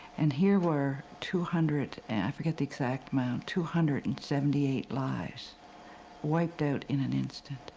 and here were two hundred, and i forget the exact amount, two hundred and seventy eight lives wiped out in an instant,